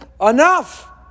Enough